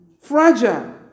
Fragile